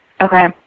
Okay